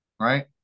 right